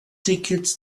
tickets